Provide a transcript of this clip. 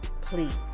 please